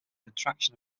contraction